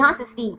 यहाँ सिस्टीन